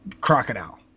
Crocodile